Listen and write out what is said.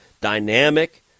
dynamic